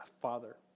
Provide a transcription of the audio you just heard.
Father